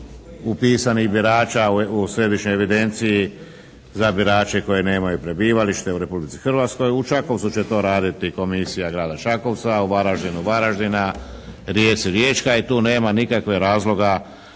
upisanih birača u središnjoj evidenciji za birače koji nemaju prebivalište u Republici Hrvatskoj. U svakom slučaju to raditi i komisija Grada Čakovca u Varaždinu varaždinska, Rijeci riječka i tu nema nikakvog razloga